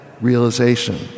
realization